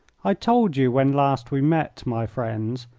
i told you when last we met, my friends,